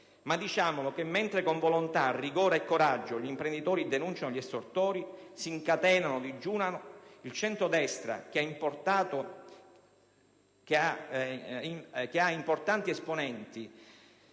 ma diciamo che mentre con volontà, rigore e coraggio gli imprenditori denunciano gli estorsori, si incatenano e digiunano, il centrodestra, che ha importanti esponenti